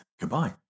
Goodbye